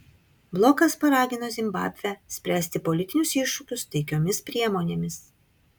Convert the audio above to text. blokas paragino zimbabvę spręsti politinius iššūkius taikiomis priemonėmis